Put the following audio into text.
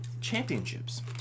championships